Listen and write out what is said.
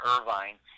Irvine